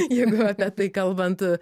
jeigu apie tai kalbant